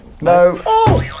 no